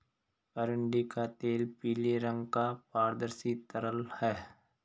अरंडी का तेल पीले रंग का पारदर्शी तरल है